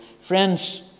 Friends